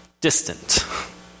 distant